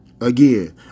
Again